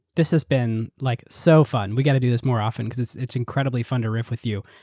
this has been like so fun. we got to to this more often because it's it's incredibly fun to reef with you.